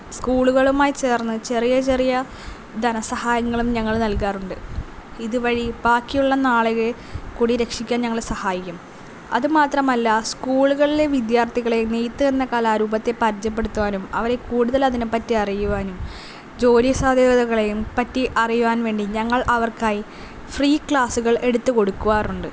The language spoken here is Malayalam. സ്കൂളുകളുമായി ചേർന്ന് ചെറിയ ചെറിയ ധനസഹായങ്ങളും ഞങ്ങൾ നൽകാറുണ്ട് ഇതുവഴി ബാക്കിയുള്ള നാളുകളെ കൂടി രക്ഷിക്കാൻ ഞങ്ങൾ സഹായിക്കും അതുമാത്രമല്ല സ്കൂളുകളിലെ വിദ്യാർത്ഥികളെ നെയ്ത്ത് എന്ന കലാരൂപത്തെ പരിചയപ്പെടുത്തുവാനും അവരെ കൂടുതൽ അതിനെപ്പറ്റി അറിയുവാനും ജോലി സാധ്യതകളെയും പറ്റി അറിയുവാൻ വേണ്ടി ഞങ്ങൾ അവർക്കായി ഫ്രീ ക്ലാസുകൾ എടുത്ത് കൊടുക്കാറുണ്ട്